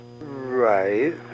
Right